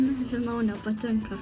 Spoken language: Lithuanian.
nu nežinau nepatinka